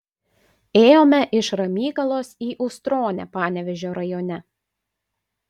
ėjome iš ramygalos į ustronę panevėžio rajone